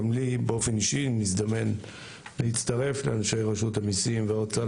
גם לי באופן אישי נזדמן להצטרף לאנשי רשות המיסים וההוצאה